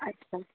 अच्छा